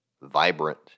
vibrant